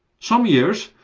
some years,